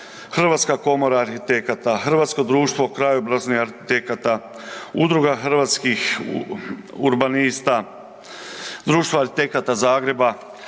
Hrvatska komora arhitekata, Hrvatsko društvo krajobrazne arhitekture, Udruga hrvatskih urbanista, Društvo arhitekata Zagreba.